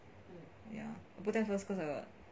ya I put that first cause